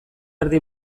erdi